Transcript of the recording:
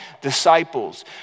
disciples